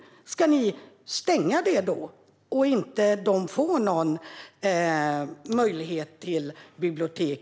Ska ni stänga det? Ska människor på denna ort inte ha möjlighet till ett bibliotek?